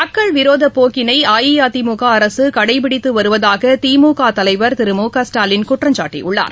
மக்கள் விரோத போக்கினை அஇஅதிமுக அரசு கடைப்பிடித்து வருவதாக திமுக தலைவர் திரு மு க ஸ்டாலின் குற்றம்சாட்டியுள்ளார்